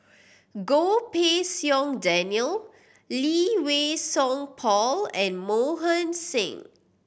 Goh Pei Siong Daniel Lee Wei Song Paul and Mohan Singh